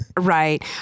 Right